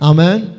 Amen